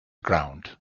ground